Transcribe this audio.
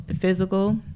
physical